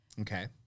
Okay